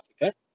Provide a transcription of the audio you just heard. Africa